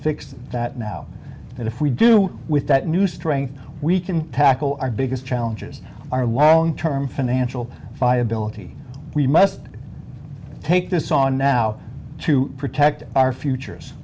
fix that now and if we do with that new strength we can tackle our biggest challenges our long term financial viability we must take this on now to protect our futures